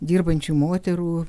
dirbančių moterų